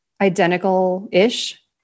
identical-ish